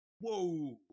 Whoa